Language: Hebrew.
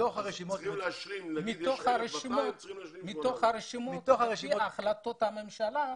מתוך הרשימות, לפי החלטות הממשלה,